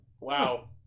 Wow